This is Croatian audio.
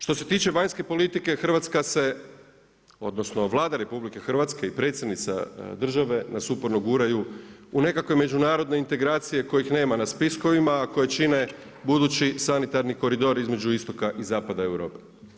Što se tiče vanjske politike Hrvatska se odnosno Vlada RH i Predsjednica države nas uporno guraju u nekakve međunarodne integracije kojih nema na spiskovima koje čine budući sanitarni koridor između istoka i zapada Europe.